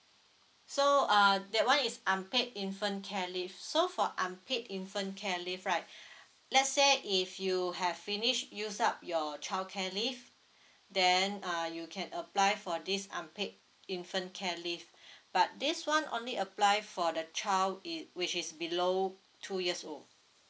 so uh that one is unpaid infant care leave so for unpaid infant care leave right let's say if you have finished use up your childcare leave then uh you can apply for this unpaid infant care leave but this one only apply for the child if which is below two years old